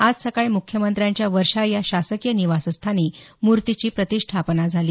आज सकाळी म्ख्यमंत्र्यांच्या वर्षा या शासकीय निवासस्थानी मूर्तीची प्रतिष्ठापना झाली